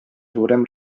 suurem